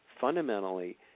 fundamentally